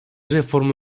reformu